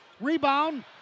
Rebound